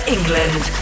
England